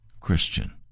christian